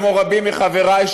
כמו רבים מחברי,